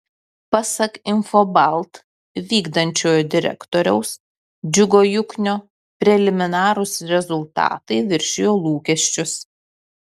pasak infobalt vykdančiojo direktoriaus džiugo juknio preliminarūs rezultatai viršijo lūkesčius